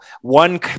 One